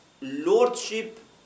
lordship